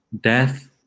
death